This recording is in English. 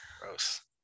gross